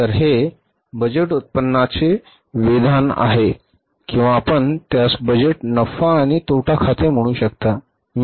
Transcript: तर हे बजेट उत्पन्नाचे विधान आहे किंवा आपण त्यास बजेट नफा आणि तोटा खाते म्हणू शकता